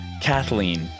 Kathleen